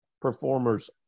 performers